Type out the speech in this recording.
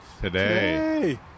Today